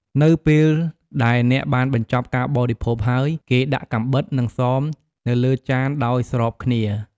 នៅពេលដែលអ្នកបានបញ្ចប់ការបរិភោគហើយ គេដាក់កាំបិត និងសមនៅលើចានដោយស្របគ្នា។